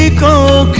ah go!